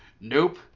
nope